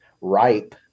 ripe